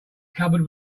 cupboard